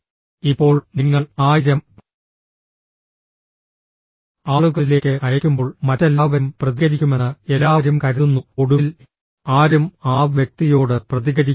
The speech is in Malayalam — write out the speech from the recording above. ഇപ്പോൾ നിങ്ങൾ 1000 ആളുകളിലേക്ക് അയയ്ക്കുമ്പോൾ മറ്റെല്ലാവരും പ്രതികരിക്കുമെന്ന് എല്ലാവരും കരുതുന്നു ഒടുവിൽ ആരും ആ വ്യക്തിയോട് പ്രതികരിക്കുന്നില്ല